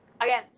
again